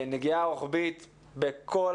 נגיעה רוחבית בכל